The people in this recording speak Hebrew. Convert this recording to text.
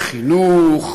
לחינוך,